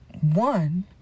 One